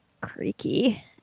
creaky